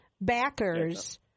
backers